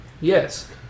Yes